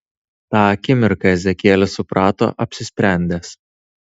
tą akimirką ezekielis suprato apsisprendęs